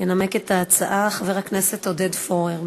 ינמק את ההצעה חבר הכנסת עודד פורר.